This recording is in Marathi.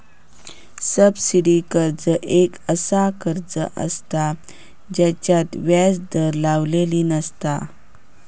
सबसिडी कर्ज एक असा कर्ज असता जेच्यात व्याज दर लावलेली नसता